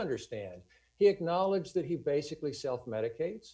understand he acknowledged that he basically self medicate